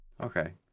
Okay